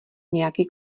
nějaký